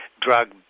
drug